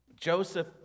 Joseph